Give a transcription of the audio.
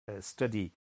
study